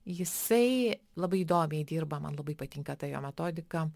jisai labai įdomiai dirba man labai patinka ta jo metodika